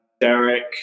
Derek